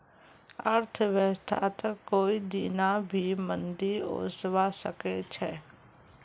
अर्थव्यवस्थात कोई दीना भी मंदी ओसवा सके छे